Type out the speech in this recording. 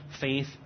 faith